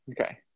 okay